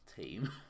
team